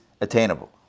attainable